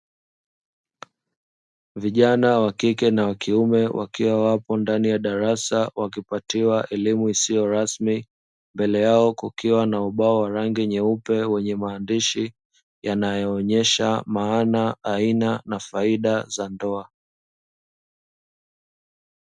Vijana wa kike na wa kiume wakiwa wapo ndani ya darasa wakipatiwa elimu isiyo rasmi. Mbele yao kukiwa na ubao wa rangi nyeupe wenye maandishi yanayoonyesha maana aina na faida za ndoa.